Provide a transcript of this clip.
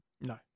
No